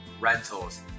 rentals